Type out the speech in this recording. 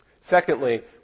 Secondly